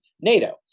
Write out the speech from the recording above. NATO